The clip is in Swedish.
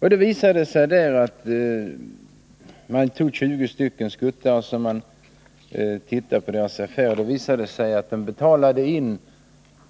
Man tittade på 20 skuttares affärer, och det visade sig att de bara betalade